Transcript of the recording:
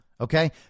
okay